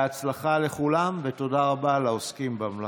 בהצלחה לכולם ותודה רבה לעוסקים במלאכה.